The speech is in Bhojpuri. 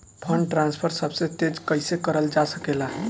फंडट्रांसफर सबसे तेज कइसे करल जा सकेला?